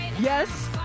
Yes